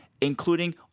including